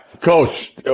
coach